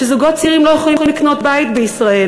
שזוגות צעירים לא יכולים לקנות בית בישראל?